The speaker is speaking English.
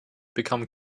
become